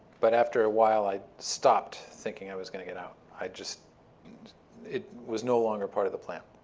but after a while, i stopped thinking i was going to get out. i just and it was no longer part of the plan.